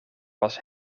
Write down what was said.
was